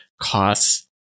costs